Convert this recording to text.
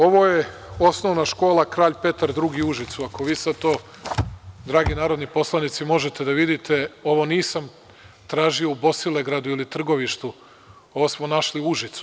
Ovo je Osnovna škola „ Kralj Petar Drugi“ u Užicu, ako vi sad to, dragi narodni poslanici možete da vidite, ovo nisam tražio u Bosilegradu ili Trgovištu ovo smo našli u Užicu.